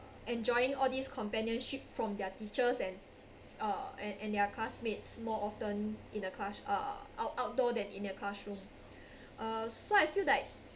enjoying all these companionship from their teachers and uh and and their classmates more often in a class uh out~ outdoor than in your classroom uh so I feel like